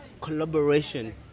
collaboration